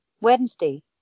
Wednesday